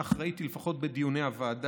הייתי אומר, כך ראיתי לפחות בדיוני הוועדה,